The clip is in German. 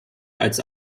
als